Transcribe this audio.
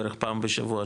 בערך פעם בשבוע,